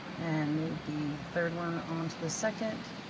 and move the third one onto the second,